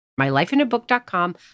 MyLifeInABook.com